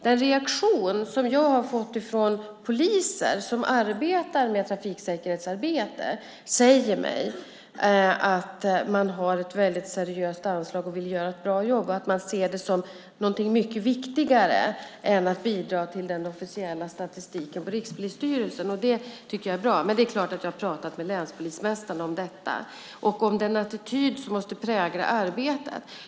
Den reaktion jag har mött hos poliser som arbetar med trafiksäkerhet säger mig att man har ett seriöst anslag och vill göra ett bra jobb. Man ser det som något mycket viktigare än att bidra till den officiella statistiken hos Rikspolisstyrelsen. Det tycker jag är bra. Det är klart att jag har pratat med länspolismästarna om detta och om den attityd som måste prägla arbetet.